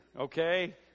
okay